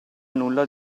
nulla